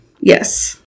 yes